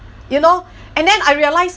you know and then I realise